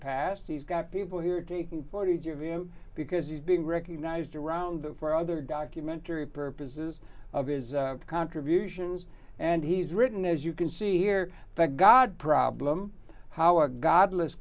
past he's got people here taking footage of him because he's being recognized around them for other documentary purposes of his contributions and he's written as you can see here that god problem how a god